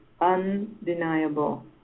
undeniable